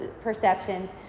perceptions